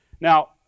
Now